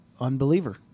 unbeliever